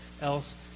else